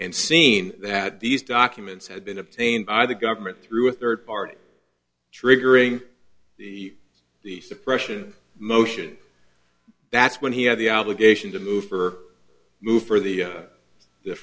and seen that these documents had been obtained by the government through a third party triggering the suppression motion that's when he had the obligation to move for move for the